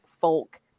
folk